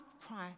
cry